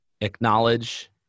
acknowledge